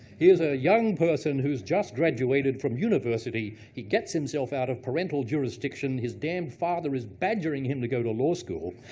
here's a young person who just graduated from university. he gets himself out of parental jurisdiction. his damned father is badgering him to go to law school.